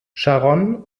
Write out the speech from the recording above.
sharon